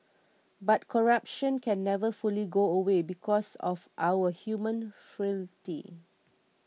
but corruption can never fully go away because of our human frailty